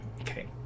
Okay